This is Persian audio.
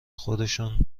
خودشون